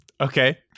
Okay